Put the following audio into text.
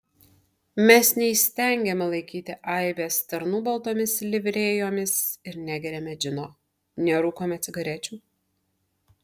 mes neįstengiame laikyti aibės tarnų baltomis livrėjomis ir negeriame džino nerūkome cigarečių